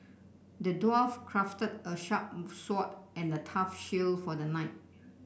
the dwarf crafted a sharp sword and a tough shield for the knight